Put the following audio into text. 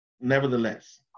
nevertheless